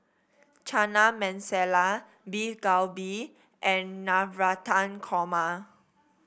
Chana Masala Beef Galbi and Navratan Korma